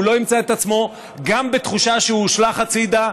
והוא לא ימצא את עצמו גם בתחושה שהוא הושלך הצידה,